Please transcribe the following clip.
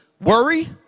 worry